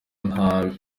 nta